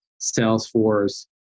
Salesforce